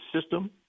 system